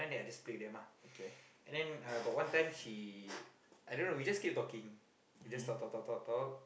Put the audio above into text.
then after that I just play with them ah and then uh got one time she I don't know we just keep talking we just talk talk talk talk talk